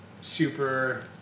super